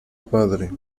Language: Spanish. padre